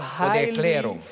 highly